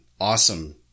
awesome